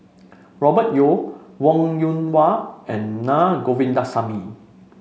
Robert Yeo Wong Yoon Wah and Naa Govindasamy